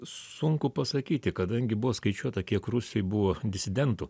sunku pasakyti kadangi buvo skaičiuota kiek rusijoj buvo disidentų